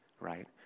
right